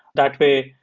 that way,